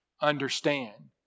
understand